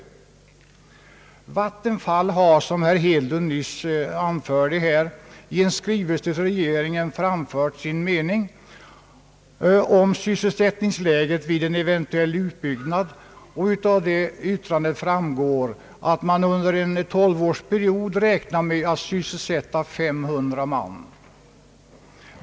Vattenfall har, som herr Hedlund nyss anförde, i en skrivelse till regeringen framfört sin mening om sysselsättningsläget vid en eventuell utbyggnad. Av det yttrandet framgår att man under en tolvårsperiod räknar med att kunna sysselsätta 500 man.